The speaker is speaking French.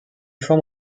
forme